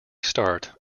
start